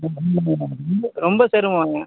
ரொம்ப சிரமங்க